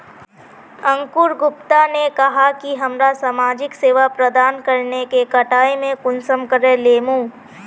अंकूर गुप्ता ने कहाँ की हमरा समाजिक सेवा प्रदान करने के कटाई में कुंसम करे लेमु?